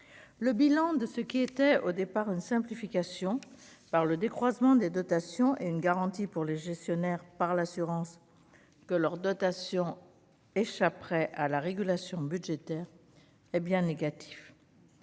le bilan de ce qui était au départ une simplification par le décroisement des dotations et une garantie pour les gestionnaires par l'assurance que leurs dotations échapperait à la régulation budgétaire hé bien négatif